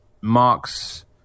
marks